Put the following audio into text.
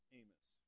Amos